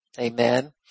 Amen